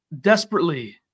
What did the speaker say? desperately